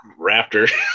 raptor